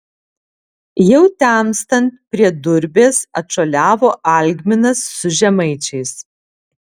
jau temstant prie durbės atšuoliavo algminas su žemaičiais